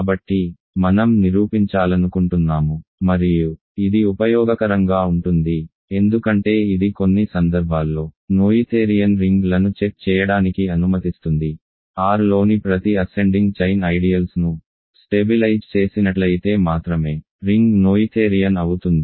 కాబట్టి మనం నిరూపించాలనుకుంటున్నాము మరియు ఇది ఉపయోగకరంగా ఉంటుంది ఎందుకంటే ఇది కొన్ని సందర్భాల్లో నోయిథేరియన్ రింగ్లను చెక్ చేయడానికి అనుమతిస్తుంది R లోని ప్రతి అసెండింగ్ చైన్ ఐడియల్స్ ను స్టెబిలైజ్ చేసినట్లయితే మాత్రమే రింగ్ నోయిథేరియన్ అవుతుంది